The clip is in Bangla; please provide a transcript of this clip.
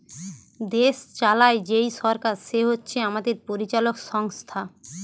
দেশ চালায় যেই সরকার সে হচ্ছে আমাদের পরিচালক সংস্থা